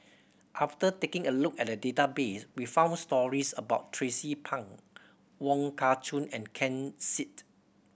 after taking a look at the database we found stories about Tracie Pang Wong Kah Chun and Ken Seet